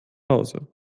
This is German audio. hause